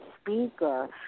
speaker